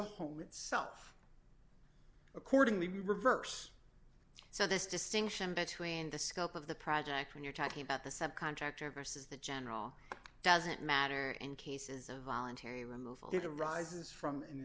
the home itself accordingly reverse so this distinction between the scope of the project when you're talking about the subcontractor versus the general doesn't matter and cases of voluntary removal it arises from an